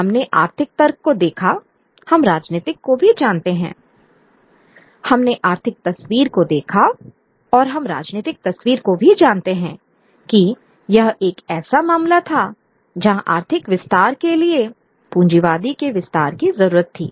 हमने आर्थिक तर्क को देखा हम राजनीतिक को भी जानते हैं हमने आर्थिक तस्वीर को देखा और हम राजनीतिक तस्वीर को भी जानते हैं कि यह एक ऐसा मामला था जहां आर्थिक विस्तार के लिए पूंजीवादी के विस्तार की जरूरत थी